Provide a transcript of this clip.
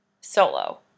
solo